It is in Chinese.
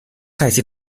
赛季